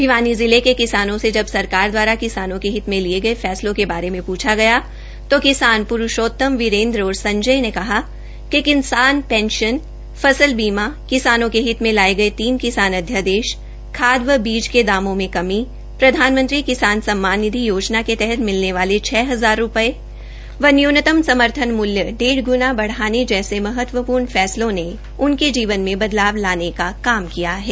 भिवानी जिले के सिकानों से जब सरकार दवारा किसानों के हित के लिए लिए गये फैसलों के बारे में पूछा गया तो किसान प्रषोतम वीरेन्द्र और संजय ने कहा कि किसान पेंशन फसल बीमा किसानों के हित में लाये गये तीन किसान अध्यादेश खाद के व बीज के दामों में कमी प्रधानमंत्री किसान सन्मान निधि योजना के तहत मिलने वाले छ हजार रूपये व न्यूनतम समर्थन मुल्य डेढ़ गुणा बढ़ाने जैसे महत्वपूर्ण फैसलों ने उनके जीवन में बदलाव लाने का काम किया है